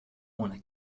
ohne